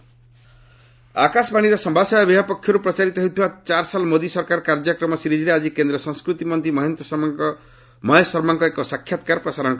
NDA four ଆକାଶବାଣୀର ସମ୍ଭାଦସେବା ବିଭାଗ ପକ୍ଷରୁ ପ୍ରଚାରିତ ହେଉଥିବା 'ଚାର୍ ସାଲ୍ ମୋଦି ସରକାର୍' କାର୍ଯ୍ୟକ୍ରମ ସିରିଜ୍ରେ ଆଜି କେନ୍ଦ୍ର ସଂସ୍କୃତି ମନ୍ତ୍ରୀ ମହେଶ ଶର୍ମାଙ୍କ ଏକ ସାକ୍ଷାତକାର ପ୍ରସାର କରାଯିବ